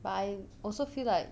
but I also feel like